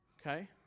Okay